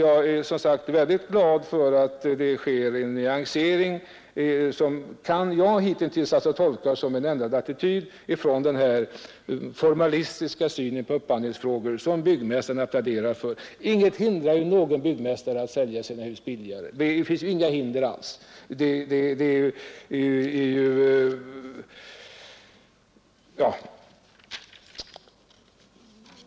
Jag är som sagt väldigt glad för att det sker en nyansering, något som jag tolkat som en ändrad attityd i förhållande till den här formalistiska synen på upphandlingsfrågor som byggmästarna pläderat för. Ingenting hindrar ju en byggmästare att sälja sina hus billigare.